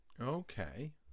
Okay